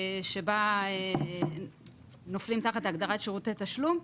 שבה נופלים תחת הגדרת שירותי תשלום.